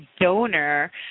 donor